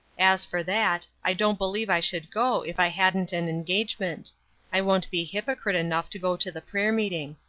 as for that, i don't believe i should go if i hadn't an engagement i won't be hypocrite enough to go to the prayer-meeting.